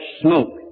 smoke